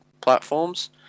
platforms